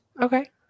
Okay